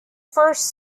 first